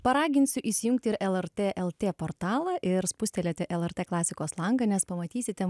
paraginsiu įsijungti ir lrt lt portalą ir spustelėti lrt klasikos langą nes pamatysite